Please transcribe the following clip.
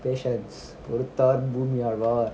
patience பொறுத்தார்பூமிஆல்வார்:porutthar boomi aalvar